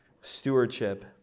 stewardship